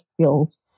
skills